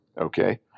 Okay